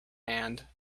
hand